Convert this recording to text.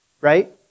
Right